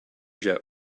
jet